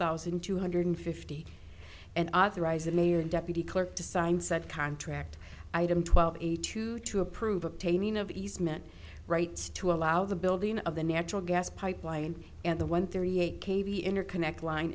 thousand two hundred fifty and authorized the mayor deputy clerk to sign said contract item twelve a two to approve obtaining of easement rights to allow the building of the natural gas pipeline and the one thirty eight k v interconnect line